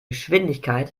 geschwindigkeit